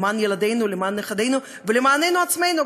למען ילדינו ולמען נכדינו ולמעננו עצמנו,